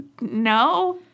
No